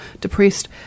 depressed